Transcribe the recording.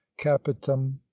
capitum